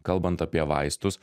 kalbant apie vaistus